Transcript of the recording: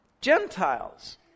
Gentiles